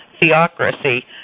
Theocracy